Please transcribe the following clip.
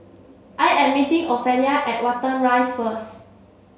I am meeting Ofelia at Watten Rise first